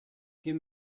give